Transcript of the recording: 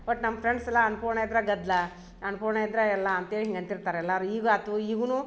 ಒಟ್ಟು ನಮ್ ಫ್ರೆಂಡ್ಸೆಲ್ಲ ಅನ್ನಪೂರ್ಣ ಇದ್ರ ಗದ್ದಲ ಅನ್ನಪೂರ್ಣ ಇದ್ದರೆ ಎಲ್ಲಾ ಅಂತೇಳಿ ಹಿಂಗೆ ಅಂತಿರ್ತಾರೆ ಎಲ್ಲಾರ ಈಗ ಆತು ಈಗೂನು